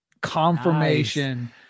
confirmation